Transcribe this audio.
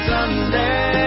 Sunday